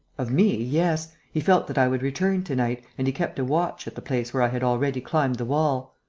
of me, yes. he felt that i would return to-night, and he kept a watch at the place where i had already climbed the wall.